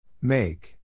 Make